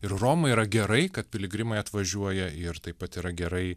ir romai yra gerai kad piligrimai atvažiuoja ir taip pat yra gerai